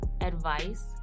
advice